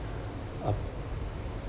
uh